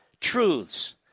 truths